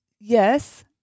Yes